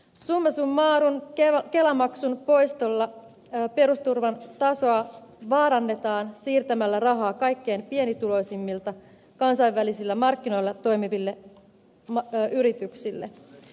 summa summarum kelamaksun poistolla perusturvan tasoa vaarannetaan siirtämällä rahaa kaikkein pienituloisimmilta kansainvälisillä markkinoilla toimiville yrityksille